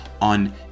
on